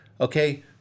Okay